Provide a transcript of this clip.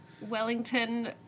Wellington